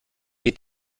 geht